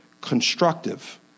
constructive